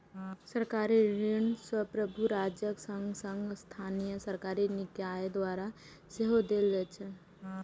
सरकारी ऋण संप्रभु राज्यक संग संग स्थानीय सरकारी निकाय द्वारा सेहो देल जाइ छै